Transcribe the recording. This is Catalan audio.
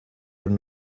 però